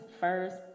first